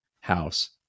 house